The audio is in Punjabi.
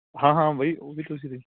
ਹਾਂ ਹਾਂ ਬਾਈ ਉਹ ਵੀ ਤੁਸੀਂ ਦੇ